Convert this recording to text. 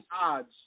odds